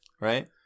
right